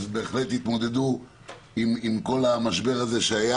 והם בהחלט התמודדו עם כל המשבר שהיה